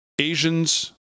Asians